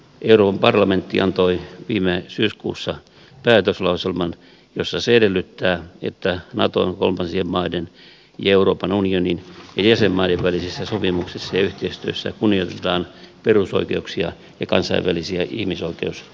euroopan parlamentti antoi viime syyskuussa päätöslauselman jossa se edellyttää että naton kolmansien maiden ja euroopan unionin ja jäsenmaiden välisissä sopimuksissa ja yhteistyössä kunnioitetaan perusoikeuksia ja kansainvälisiä ihmisoikeussopimuksia